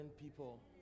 people